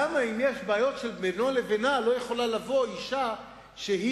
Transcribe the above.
למה אם יש בעיות של בינו לבינה לא יכולה לבוא אשה שלמדה,